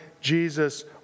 Jesus